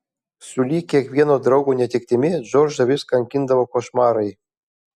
sulig kiekvieno draugo netektimi džordžą vis kankindavo košmarai